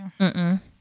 Mm-mm